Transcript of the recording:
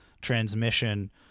transmission